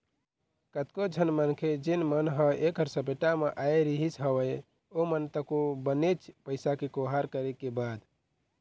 कतको झन मनखे जेन मन ह ऐखर सपेटा म आय रिहिस हवय ओमन तको बनेच पइसा के खोहार करे के बाद